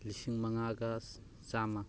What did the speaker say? ꯂꯤꯁꯤꯡ ꯃꯉꯥꯒ ꯆꯥꯝꯃ